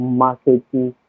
marketing